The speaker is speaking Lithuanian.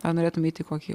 ar norėtum eit į kokį